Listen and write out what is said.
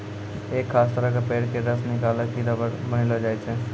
एक खास तरह के पेड़ के रस निकालिकॅ रबर बनैलो जाय छै